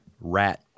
Rat